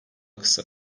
kısa